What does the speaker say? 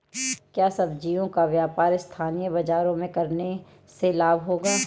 क्या सब्ज़ियों का व्यापार स्थानीय बाज़ारों में करने से लाभ होगा?